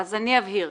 אבהיר.